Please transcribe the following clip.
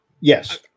yes